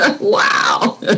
Wow